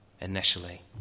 Initially